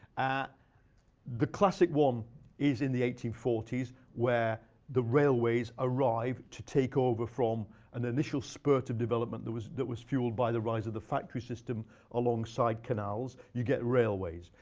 ah the classic one is in the eighteen forty s where the railways arrived to take over from an initial spurt of development that was that was fueled by the rise of the factory system alongside canals. you get railways.